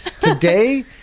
Today